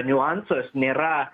niuansas nėra